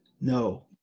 No